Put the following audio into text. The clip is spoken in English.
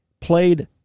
played